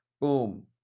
boom